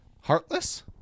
Heartless